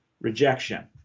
rejection